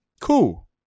Cool